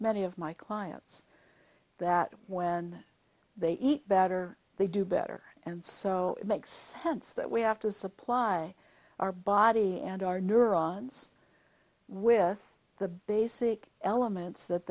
many of my clients that when they eat better they do better and so it makes sense that we have to supply our body and our neurons with the basic elements that